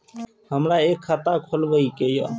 हमरा एक खाता खोलाबई के ये?